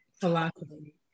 philosophy